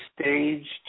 staged